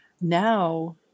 Now